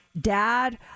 dad